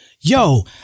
yo